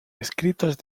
escritos